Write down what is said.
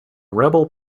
rebel